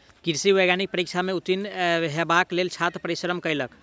कृषि वैज्ञानिक परीक्षा में उत्तीर्ण हेबाक लेल छात्र परिश्रम कयलक